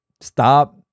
stop